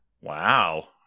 Wow